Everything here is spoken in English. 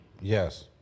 yes